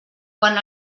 quan